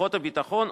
כוחות הביטחון,